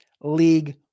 league